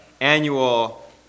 annual